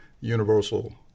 Universal